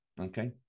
okay